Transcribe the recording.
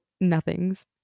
nothings